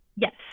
Yes